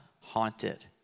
haunted